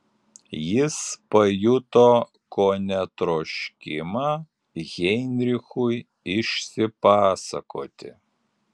jis pajuto kone troškimą heinrichui išsipasakoti